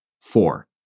four